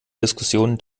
diskussionen